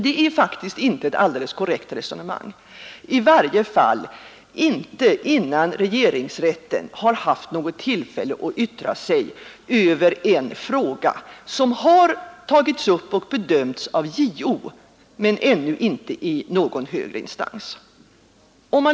Detta resonemang kan inte godtagas, i varje fall inte innan regeringsrätten haft tillfälle att yttra sig över en fråga som har tagits upp och bedömts av JO men som ännu inte blivit prövad i högre instans.